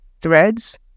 threads